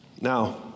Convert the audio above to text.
Now